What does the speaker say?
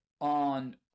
on